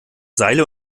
seile